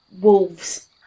wolves